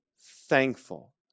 thankful